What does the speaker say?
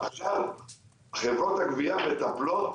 חברות הגבייה מטפלות